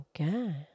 Okay